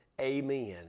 Amen